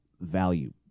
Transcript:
value